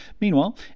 Meanwhile